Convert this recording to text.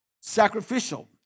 Sacrificial